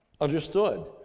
understood